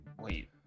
wait